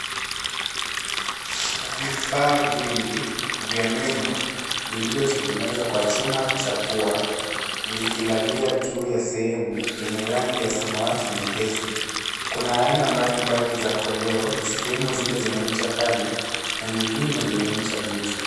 Vifaa vingi vya meno, vilivyotengenezwa kwa chuma cha pua, vikilalia juu ya sehemu yenye rangi ya samawati nyepesi. Kuna aina mbalimbali za koleo, zikiwemo zile zenye ncha kali na zingine zenye ncha butu.